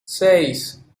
seis